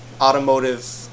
automotive